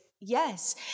yes